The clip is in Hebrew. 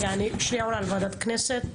אני עולה לוועדת הכנסת.